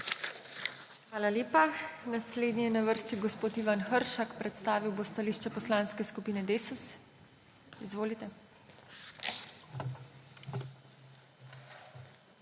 Hvala lepa. Naslednji je na vrsti gospod Ivan Hršak. Predstavil bo stališče Poslanske skupine Desus. Izvolite.